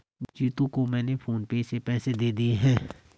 जीतू को मैंने PhonePe से पैसे दे दिए हैं